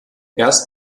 erst